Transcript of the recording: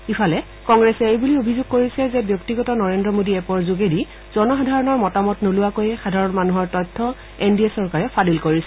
ইফালে কংগ্ৰেছে এইবুলি অভিযোগ কৰিছে যে ব্যক্তিগত নৰেন্দ্ৰ মোডী এপ্ৰ যোগেদি জনসাধাৰণৰ মতামত নোলোৱাকৈয়ে সাধাৰণ মানুহৰ তথ্য এন ডি এ চৰকাৰে ফাদিল কৰিছে